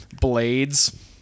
blades